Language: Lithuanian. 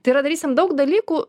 tai yra darysim daug dalykų